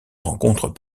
rencontrent